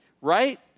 Right